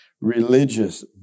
religious